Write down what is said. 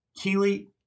Keely